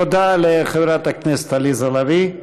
תודה לחברת הכנסת עליזה לביא.